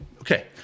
Okay